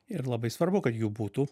ir labai svarbu kad jų būtų